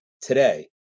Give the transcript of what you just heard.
today